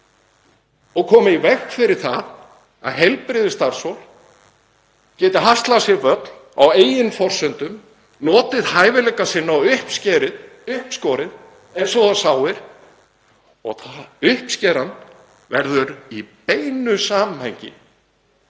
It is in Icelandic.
og koma í veg fyrir það að heilbrigðisstarfsfólk geti haslað sér völl á eigin forsendum, notið hæfileika sinna og uppskorið eins og það sáir. Uppskeran verður í beinu samhengi